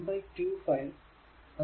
25 അത് 1